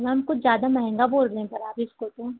ma'am कुछ ज़्यादा महँगा बोल रही हैं पर आप इसको तो